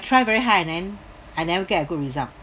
try very hard and then I never get a good result